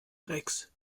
rex